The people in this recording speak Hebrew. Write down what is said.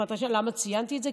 למה ציינתי את זה?